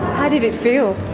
how did it feel?